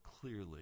clearly